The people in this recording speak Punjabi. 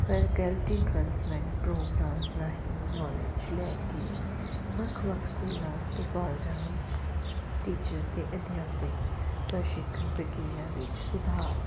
ਫਕੈਲਿਟੀ ਡਿਵੈਲਪਮੈਂਟ ਪ੍ਰੋਗਰਾਮ ਰਾਹੀਂ ਨੌਲੇਜ ਲੈ ਕੇ ਵੱਖ ਵੱਖ ਸਕੂਲਾਂ ਅਤੇ ਕਾਲਜਾਂ ਵਿੱਚ ਟੀਚਰ ਦੇ ਅਧਿਆਪਕ ਪਰਸ਼ਿੱਖਣ ਪ੍ਰਕਿਰਿਆ ਵਿੱਚ ਸੁਧਾਰ